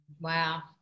Wow